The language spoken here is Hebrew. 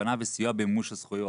הכוונה לסיוע במימוש הזכויות.